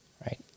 Right